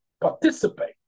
participate